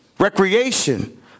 recreation